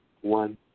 one